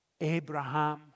Abraham